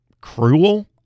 cruel